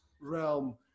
realm